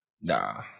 Nah